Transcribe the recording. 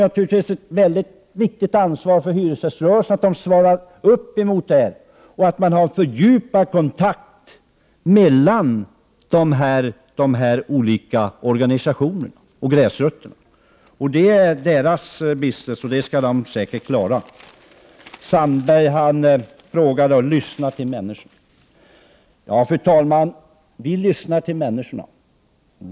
Naturligtvis har hyresgäströrelsen ett mycket stort ansvar i detta sammanhang. Man måste ha fördjupad kontakt mellan de olika organisationerna och gräsrötterna. Det är deras business, och det skall de säkert klara. Jan Sandberg talade om att man skall lyssna till människor. Ja, fru talman, vi lyssnar till människorna.